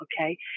okay